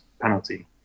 penalty